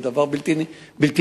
זה דבר בלתי נסבל.